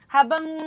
Habang